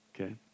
Okay